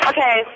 Okay